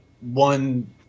one